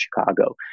Chicago